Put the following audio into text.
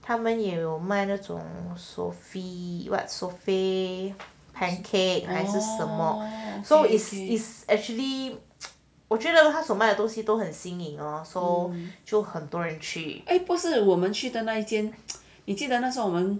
他们也有卖那种 souffle souffle pancake 还是什么 so is is actually 我觉得他所卖的东西都很新颖 so 就很多人去